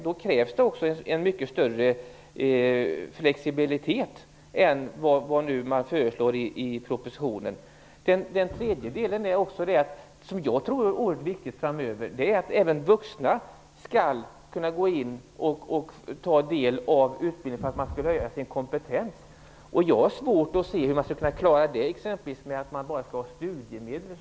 Då krävs det också en mycket större flexibilitet än vad regeringen nu föreslår i propositionen. Något som jag tror är oerhört viktigt framöver är att även vuxna skall kunna ta del av utbildningen och höja sin kompetens. Jag har svårt att se hur man skall kunna klara det om man som här föreslås bara skall ha studiemedel.